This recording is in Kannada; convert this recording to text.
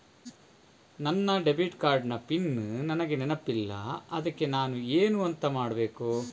ನನ್ನ ಡೆಬಿಟ್ ಕಾರ್ಡ್ ನ ಪಿನ್ ನನಗೆ ನೆನಪಿಲ್ಲ ಅದ್ಕೆ ನಾನು ಎಂತ ಮಾಡಬೇಕು?